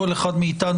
כל אחד מאתנו,